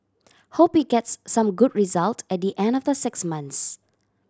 hope it gets some good result at the end of the six months